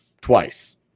twice